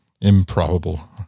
Improbable